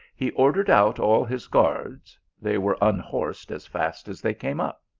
he ordered out all his guards they were unhorsed as fast as they came up.